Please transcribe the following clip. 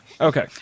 okay